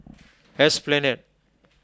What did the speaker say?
Esplanade